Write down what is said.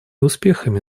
успехами